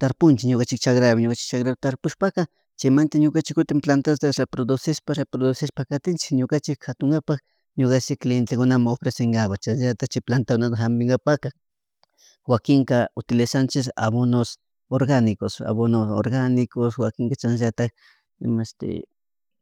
tarpunchik, ñukanchik chagrapi ñukanchik chakrapi tarpushpaka chaymanta chay plantasta producishpaka repuroducishpaka katinchik ñukanchik katunapuk ñukanchik clientekunamun ofrecekapuk, chashnallatak cahy plantakunata jampimpaka wakinka utilizanchik abonos organicos abonos organicos wakinka chashnallatak imashti